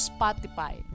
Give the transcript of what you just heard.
Spotify